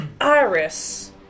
Iris